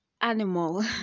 Animal